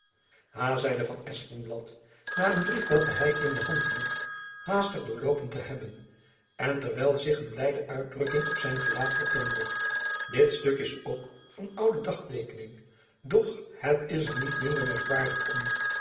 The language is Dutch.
ha zeide van espenblad na een brief welken jacob van lennep elizabeth musch hy in de hand hield haastig doorloopen te hebben en terwijl zich een blijde uitdrukking op zijn gelaat vertoonde dit stuk is ook van oude dagteekening doch het is er niet minder merkwaardig om